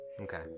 Okay